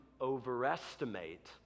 overestimate